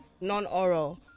non-oral